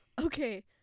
Okay